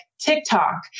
TikTok